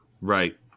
Right